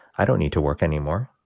i don't need to work anymore.